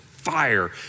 fire